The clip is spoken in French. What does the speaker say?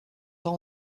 pas